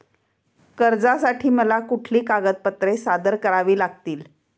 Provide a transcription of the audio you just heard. कर्जासाठी मला कुठली कागदपत्रे सादर करावी लागतील?